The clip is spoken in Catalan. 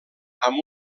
amb